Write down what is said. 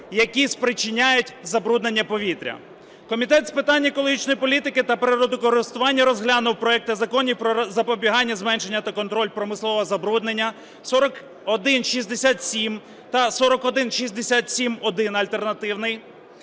які спричиняє забруднення повітря. Комітет з питань екологічної політики та природокористування розглянув проекти Законів про запобігання, зменшення та контроль промислового забруднення 4167 та 4167-1 альтернативний.